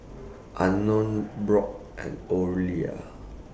Unknown Brock and Orelia